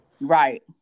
Right